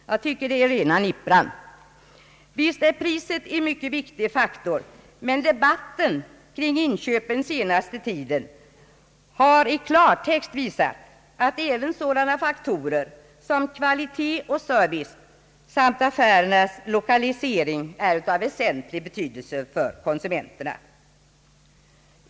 Jag tycker det är rena nippran. Visst är priset en mycket viktig faktor, men debatten kring inköpen under den senaste tiden har i klartext visat, att även sådana faktorer som kvalitet och service samt affärernas lokalisering är av väsentlig betydelse för konsumenterna.